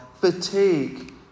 fatigue